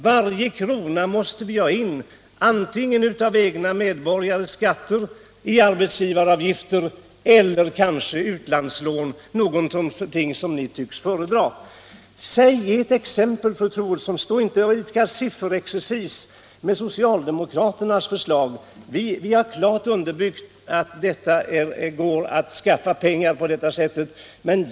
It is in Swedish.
Varje krona måste staten ta ut antingen i skatter från medborgarna, i arbetsgivaravgifter eller i utlandslån — något som ni tycks föredra. Ge ett exempel, fru Troedsson, och stå inte och bedriv sifferexercis med socialdemokraternas förslag! Vi har klart underbyggt att det går att skaffa pengar på det sätt som vi föreslagit.